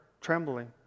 trembling